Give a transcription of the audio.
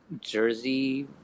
jersey